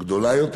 גדולה יותר.